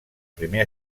primer